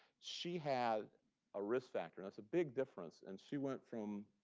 she had a risk factor. that's a big difference. and she went from,